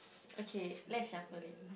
okay let's shuffle it